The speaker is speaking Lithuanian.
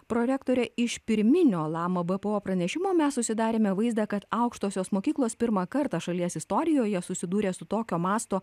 prorektore iš pirminio lama bpo pranešimo mes susidarėme vaizdą kad aukštosios mokyklos pirmą kartą šalies istorijoje susidūrė su tokio masto